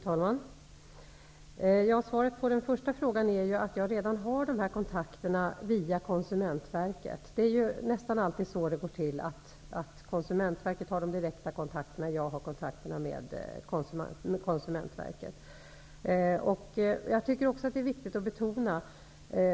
Fru talman! Svaret på den första frågan är att jag redan har dessa kontakter via Konsumentverket. Det är nästan alltid så det går till, att Konsumentverket har de direkta kontakterna med handeln, medan jag har kontakterna med Jag tycker också att det är viktigt att betona